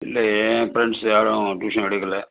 இல்லை என் ஃப்ரெண்ட்ஸ் யாரும் டியூஷன் எடுக்கலை